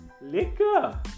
Liquor